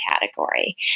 category